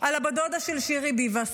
על בת הדודה של שירי ביבס.